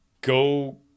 Go